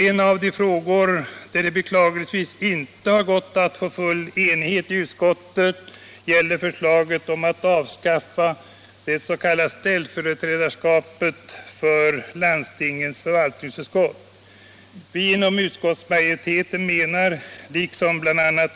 En av de få frågor där det beklagligtvis inte har gått att få full enighet i utskottet gäller förslaget att avskaffa det s.k. ställföreträdarskapet för landstingets förvaltningsutskott. Vi inom utskottsmajoriteten menar — liksom bla.